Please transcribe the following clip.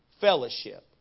fellowship